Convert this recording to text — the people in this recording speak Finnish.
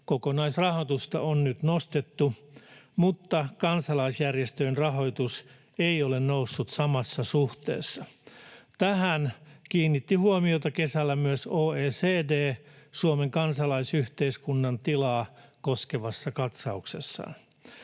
kokonaisrahoitusta on nyt nostettu, mutta kansalaisjärjestöjen rahoitus ei ole noussut samassa suhteessa. Tähän kiinnitti huomiota kesällä myös OECD Suomen kansalaisyhteiskunnan tilaa koskevassa katsauksessaan.